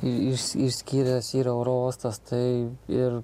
i iš iš išsiskyręs yra oro uostas tai ir